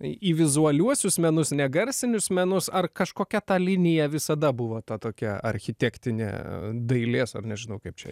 į vizualiuosius menus negarsinius menus ar kažkokia ta linija visada buvo ta tokia architektinė dailės ar nežinau kaip čia